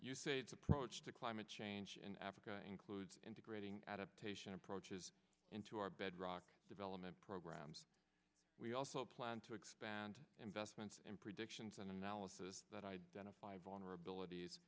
you say its approach to climate change in africa includes integrating adaptation approaches into our bedrock development programs we also plan to expand investments in predictions and analysis that identify vulnerabilities